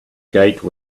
gate